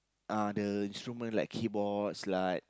uh the instrument like keyboards like